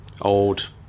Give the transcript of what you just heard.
old